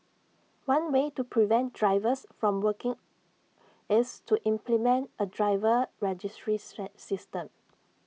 one way to prevent drivers from working is to implement A driver registry system